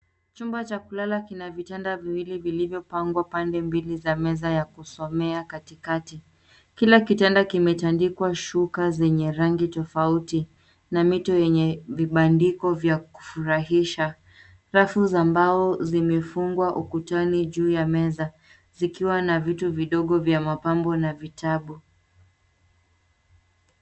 Chumba cha kulala kina vitanda viwili vilivyopangwa pande mbili za meza ya kusomea katikati. Kila kitanda kimetandikwa shuka zenye rangi tofauti na mito yenye vibandiko vya kufurahisha. Rafu za mbao zimefungwa ukutani juu ya meza zikiwa na vitu vidogo vya mapambo na vitabu.